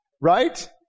Right